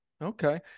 Okay